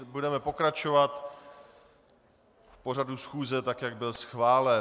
Budeme pokračovat v pořadu schůze, tak jak byl schválen.